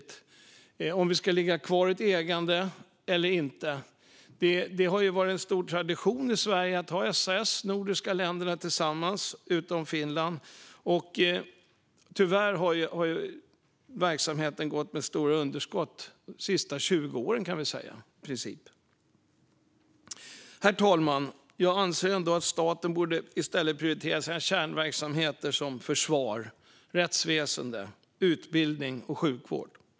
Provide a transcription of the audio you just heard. Det gäller om vi ska ligga kvar med ett ägande eller inte. Det har varit en stark tradition i Sverige att äga SAS tillsammans med de nordiska länderna, utom Finland. Tyvärr har verksamheten gått med stora underskott i princip de senaste 20 åren. Herr talman! Jag anser att staten i stället borde prioritera sina kärnverksamheter, som försvar, rättsväsen, utbildning och sjukvård.